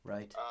Right